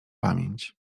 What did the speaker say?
pamięć